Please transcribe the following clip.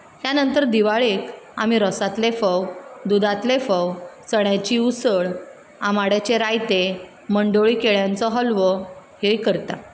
ह्या नंतर दिवाळेक आमी रोसांतले फोव दुदांतले फोव चण्याची उसळ आंबाड्याचें रायतें मंडोळी केळ्यांचो हालवो हे करतात